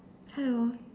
hello